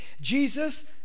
Jesus